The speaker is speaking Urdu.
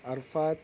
عرفات